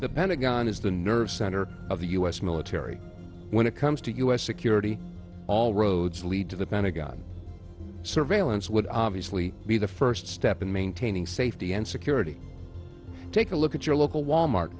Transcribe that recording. the pentagon is the nerve center of the u s military when it comes to u s security all roads lead to the pentagon surveillance would obviously be the first step in maintaining safety and security take a look at your local wal mart